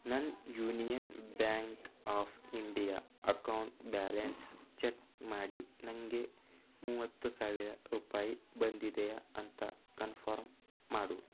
ನನ್ನ Union Bank of India account balance check ಮಾಡಿ ನಂಗೆ ಮೂವತ್ತು ಸಾವಿರ ರೂಪಾಯಿ ಬಂದಿದೆಯ ಅಂತ ಕನ್ಫರ್ಮ್ ಮಾಡು